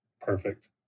perfect